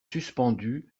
suspendu